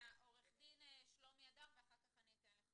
עורך דין שלומי הדר ואחר כך אני אתן לך